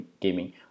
gaming